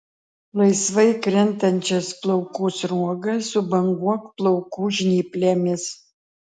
laisvai krentančias plaukų sruogas subanguok plaukų žnyplėmis